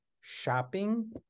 shopping